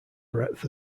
breadth